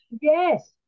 Yes